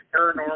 paranormal